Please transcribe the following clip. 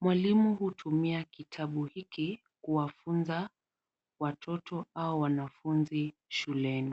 Mwalimu hutumia kitabu hiki kuwafunza watoto au wanafunzi shuleni.